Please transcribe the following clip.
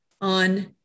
on